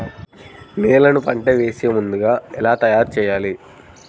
నేలను పంట వేసే ముందుగా ఎలా తయారుచేయాలి?